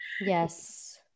Yes